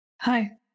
Hi